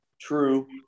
True